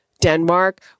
Denmark